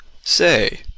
Say